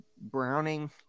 Browning